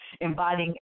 inviting